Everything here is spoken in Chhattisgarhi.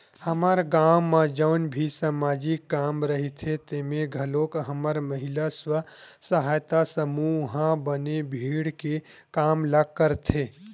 हमर गाँव म जउन भी समाजिक काम रहिथे तेमे घलोक हमर महिला स्व सहायता समूह ह बने भीड़ के काम ल करथे